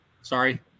Sorry